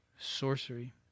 Sorcery